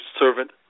servant